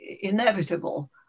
inevitable